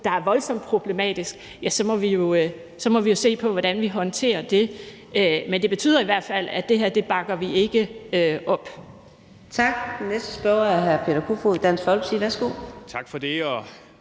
der er voldsomt problematisk, må vi jo se på, hvordan vi håndterer det. Men det betyder i hvert fald, at det her bakker vi ikke op.